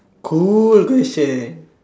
cool question